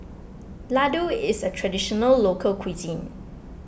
Laddu is a Traditional Local Cuisine